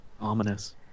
Ominous